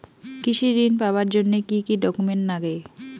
কৃষি ঋণ পাবার জন্যে কি কি ডকুমেন্ট নাগে?